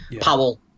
Powell